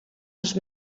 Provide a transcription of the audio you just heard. els